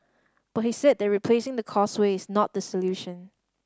but he said that replacing the Causeway is not the solution